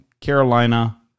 Carolina